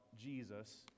Jesus